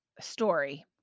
story